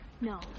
No